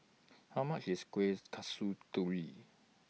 How much IS Kueh Kasturi